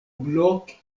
blok